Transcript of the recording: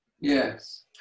Yes